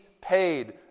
paid